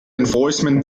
enforcement